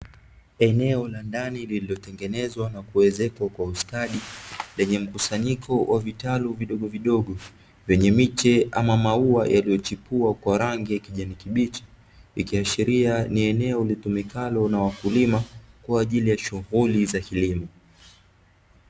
Eneo la ndani lililotengenezwa na kuezekwa kwa ustadi lenye mkusanyiko wa vitalu vidogo vidogo vyenye miche ama mauwa yaliyochipua kwa rangi ga kijani kibichi, ikiashiria ni eneo litumikalo na wakulima kwa ajili ya shughuli za kilimo.